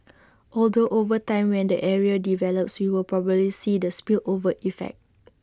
although over time when the area develops we will probably see the spillover effect